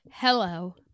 Hello